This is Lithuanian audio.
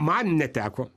man neteko